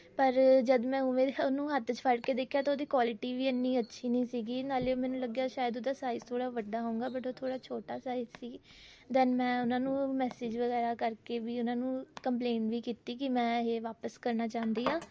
ਪਰ ਜਦ ਮੈਂ ਉਵੇਂ ਉਹਨੂੰ ਹੱਥ 'ਚ ਫੜ ਕੇ ਦੇਖਿਆ ਤਾਂ ਉਹਦੀ ਕੁਆਲਟੀ ਵੀ ਐਨੀ ਅੱਛੀ ਨਹੀਂ ਸੀਗੀ ਨਾਲੇ ਮੈਨੂੰ ਲੱਗਿਆ ਸ਼ਾਇਦ ਉਹਦਾ ਸਾਈਜ਼ ਥੋੜ੍ਹਾ ਵੱਡਾ ਹੋਊਗਾ ਬਟ ਉਹ ਥੋੜ੍ਹਾ ਛੋਟਾ ਸਾਈਜ਼ ਸੀ ਦੈਂਨ ਮੈਂ ਉਹਨਾਂ ਨੂੰ ਮੈਸਜ ਵਗੈਰਾ ਕਰਕੇ ਵੀ ਉਹਨਾਂ ਨੂੰ ਕੰਪਲੇਟ ਵੀ ਕੀਤੀ ਕਿ ਮੈਂ ਇਹ ਵਾਪਸ ਕਰਨਾ ਚਾਹੁੰਦੀ ਹਾਂ